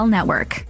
Network